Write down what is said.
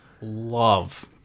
love